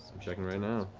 checking right now.